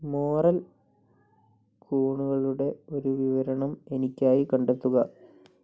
morel കൂണുകളുടെ ഒരു വിവരണം എനിക്കായി കണ്ടെത്തുക